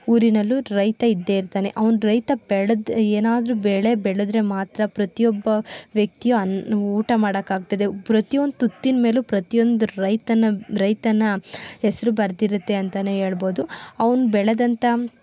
ಊರಿನಲ್ಲೂ ರೈತ ಇದ್ದೆ ಇರ್ತಾನೆ ಅವ್ನು ರೈತ ಬೆಳೆದ ಏನಾದ್ರೂ ಬೆಳೆ ಬೆಳೆದ್ರೆ ಮಾತ್ರ ಪ್ರತಿಯೊಬ್ಬ ವ್ಯಕ್ತಿಯು ಅನ್ನ ಊಟ ಮಾಡೋಕ್ಕಾಗ್ತದೆ ಪ್ರತಿಯೊಂದು ತುತ್ತಿನ ಮೇಲೂ ಪ್ರತಿಯೊಂದು ರೈತನ ರೈತನ ಹೆಸರು ಬರೆದಿರುತ್ತೆ ಅಂತಲೇ ಹೇಳ್ಬೋದು ಅವ್ನು ಬೆಳೆದಂಥ